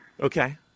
Okay